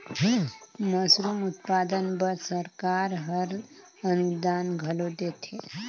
mushroom उत्पादन बर सरकार हर अनुदान घलो देथे